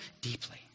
deeply